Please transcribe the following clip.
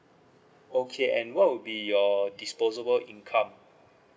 okay and what would be your disposable income